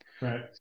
right